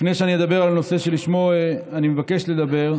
לפני שאדבר על הנושא שעליו אני מבקש לדבר,